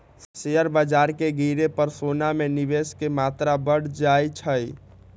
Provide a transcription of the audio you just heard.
share बाजार के गिरे पर सोना में निवेश के मत्रा बढ़ जाइ छइ